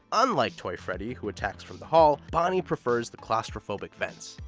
unlike toy freddy who attacks from the hall, bonnie prefers the claustrophobic vents.